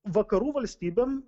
vakarų valstybėm